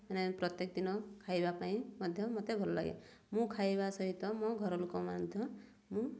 ମାନେ ପ୍ରତ୍ୟେକ ଦିନ ଖାଇବା ପାଇଁ ମଧ୍ୟ ମୋତେ ଭଲ ଲାଗେ ମୁଁ ଖାଇବା ସହିତ ମୋ ଘରଲୋକ ମଧ୍ୟ ମୁଁ